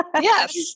Yes